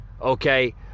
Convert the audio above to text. okay